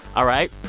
all right.